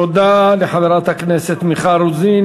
תודה לחברת הכנסת מיכל רוזין.